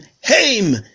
Haim